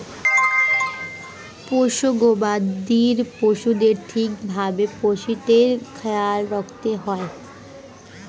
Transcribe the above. পোষ্য গবাদি পশুদের ঠিক ভাবে পুষ্টির খেয়াল রাখতে হয়